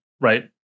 Right